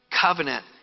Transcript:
covenant